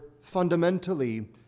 fundamentally